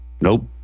Nope